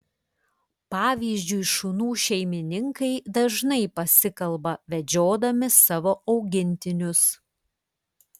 pavyzdžiui šunų šeimininkai dažnai pasikalba vedžiodami savo augintinius